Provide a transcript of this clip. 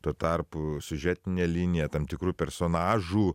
tuo tarpu siužetinė linija tam tikrų personažų